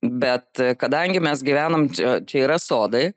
bet kadangi mes gyvenam či čia yra sodai